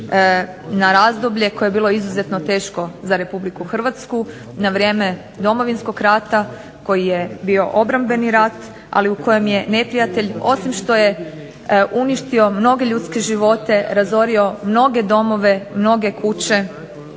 na razdoblje koje je bilo izuzetno teško za Republiku Hrvatsku, na vrijeme Domovinskog rata koji je bio obrambeni rat, ali u kojem je neprijatelj osim što je uništio mnoge ljudske živote, razorio mnoge domove, mnoge kuće,